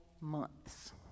months